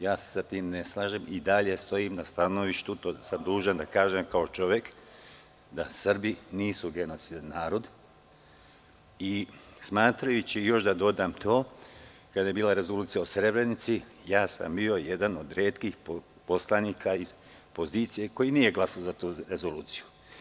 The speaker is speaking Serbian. Ja se sa tim ne slažem i dalje stojim na stanovištu, to sam dužan da kažem kao čovek, da Srbi nisu genocidan narod i još da dodam to, kada je bila rezolucija o Srebrenici, ja sam bio jedan od retkih poslanika iz pozicije koji nije glasao za tu rezoluciju.